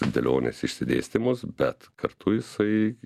dėlionės išsidėstymus bet kartu jisai